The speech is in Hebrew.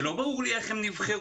שלא ברור לי איך הם נבחרו,